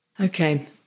okay